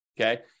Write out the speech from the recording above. okay